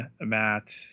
Matt